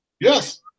Yes